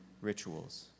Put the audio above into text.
rituals